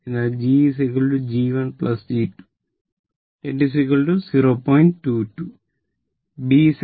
അതിനാൽ g g 1 g 2 0